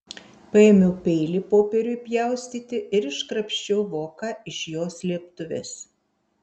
paėmiau peilį popieriui pjaustyti ir iškrapščiau voką iš jo slėptuvės